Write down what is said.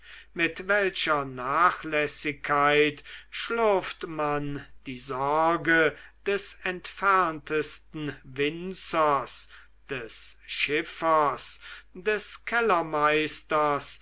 mit welcher nachlässigkeit schlürft man die sorge des entferntesten winzers des schiffers des kellermeisters